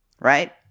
Right